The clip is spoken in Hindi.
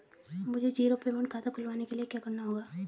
मुझे जीरो पेमेंट खाता खुलवाने के लिए क्या करना होगा?